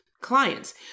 clients